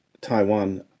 Taiwan